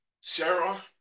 Sarah